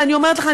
ואני אומרת לך,